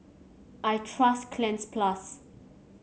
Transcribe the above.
I trust Cleanz Plus